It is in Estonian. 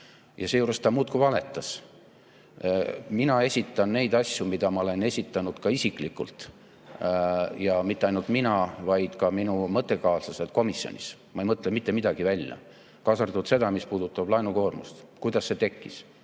ja seejuures ta muudkui valetas. Mina esitan neid [seisukohti], mida ma olen esitanud ka isiklikult, ja mitte ainult mina, vaid ka minu mõttekaaslased komisjonis. Ma ei mõtle mitte midagi välja, kaasa arvatud seda, mis puudutab laenukoormust, kuidas see tekkis.